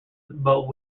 but